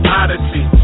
odyssey